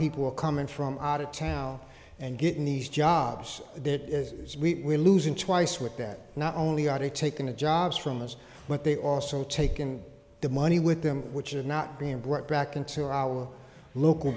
people are coming from out of town and getting these jobs that is we're losing twice with that not only are they taking the jobs from us but they also taken the money with them which is not being brought back into our local